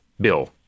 bill